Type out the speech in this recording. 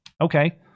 okay